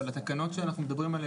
אבל התקנות שאנחנו מדברים עליהן,